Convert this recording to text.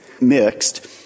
mixed